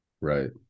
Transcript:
right